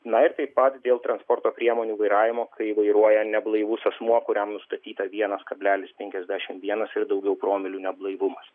na ir taip pat dėl transporto priemonių vairavimo kai vairuoja neblaivus asmuo kuriam nustatyta vienas kablelis penkiasdešimt vienas ir daugiau promilių neblaivumas